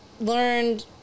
learned